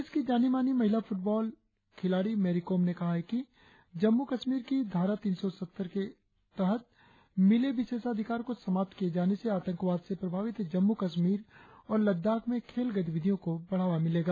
देश की जानी मानी महिला मुक्केबाज मेरी कोम ने कहा है कि जम्मू कश्मीर को धारा तीन सौ सत्तर के तहत मिले विशेषाधिकार को समाप्त किए जाने से आतंकवाद से प्रभावित जम्मू कश्मीर और लद्दाख में खेल गतिविधियों को बढ़ावा मिलेगा